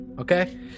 okay